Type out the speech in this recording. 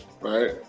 right